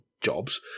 jobs